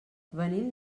venim